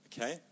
Okay